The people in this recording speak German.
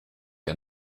der